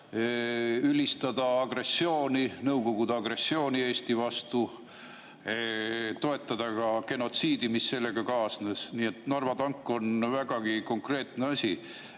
ülistada agressiooni, Nõukogude agressiooni Eesti vastu, toetada ka genotsiidi, mis sellega kaasnes. Nii et Narva tank on vägagi konkreetne asi.